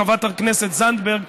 חברת הכנסת זנדברג,